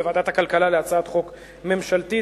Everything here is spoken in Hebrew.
בוועדת הכלכלה להצעת חוק ממשלתית.